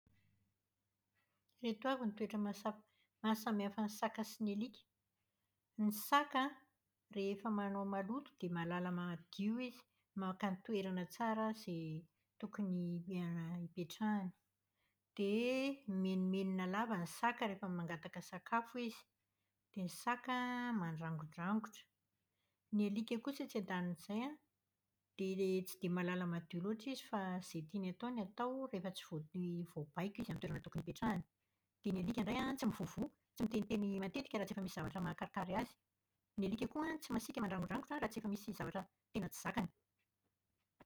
Ireto avy ny toetra mahasa- mahasamihafa ny saka sy ny alika. Ny saka an, rehefa manao maloto dia mahalala madio izy. Maka ny toerana tsara izay tokony ipetrahana. Dia mimenomenona lava sy saka rehefa mangataka sakafo izy. Dia ny saka mandrangondrangotra. Ny alika kosa etsy andanin'izay an, dia tsy dia malala madio loatra izy fa izay tiany atao no atao rehefa tsy vo- voabaiko izy amin'ny toerana tokony ipetrahany. Dia ny alika indray an, tsy mivovoha, tsy miteniteny matetika raha tsy efa misy zavatra mahakarikary azy. Ny alika koa an tsy masiaka mandrangondrangotra raha tsy efa misy zavatra tena tsy zakany.